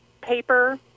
paper